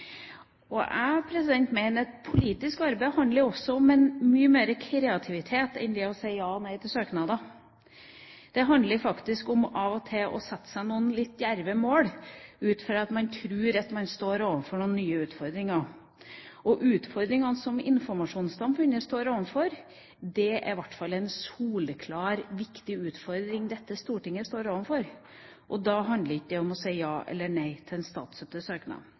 Jeg mener at politisk arbeid handler om en mye større kreativitet enn å si ja og nei til søknader. Det handler faktisk om av og til å sette seg noen litt djerve mål ut fra at man tror man står overfor noen nye utfordringer. Utfordringene som informasjonssamfunnet står overfor, er i hvert fall en soleklar og viktig utfordring for dette stortinget. Da handler det ikke om å si ja eller nei til en